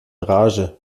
rage